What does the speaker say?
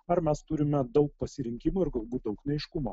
ar mes turime daug pasirinkimų ir galbūt daug neaiškumo